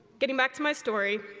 getting back to my story,